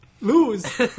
Lose